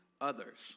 others